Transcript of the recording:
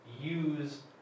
use